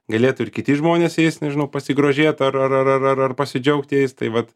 galėtų ir kiti žmonės jais nežinau pasigrožėt ar ar ar ar ar ar pasidžiaugt jais tai vat